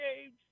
games